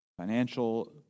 Financial